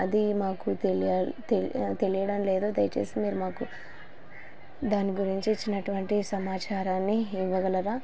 అది మాకు తెలియడం లేదు దయచేసి మీరు మాకు దాని గురించి ఇచ్చినటువంటి సమాచారాన్ని ఇవ్వగలరా